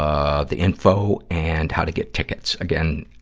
ah, the info and how to get tickets. again,